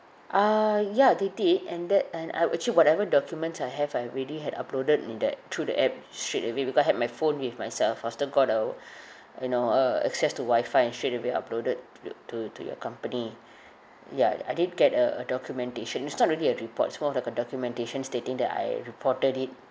ah ya they did and that and I actually whatever documents I have I already had uploaded in that through the app straight away becau~ I had my phone with myself faster got uh you know uh access to wifi and straight away uploaded to yo~ to to your company ya I did get a a documentation it's not really a report it's more like a documentation stating that I reported it mm